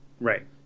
Right